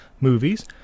movies